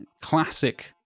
classic